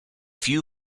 few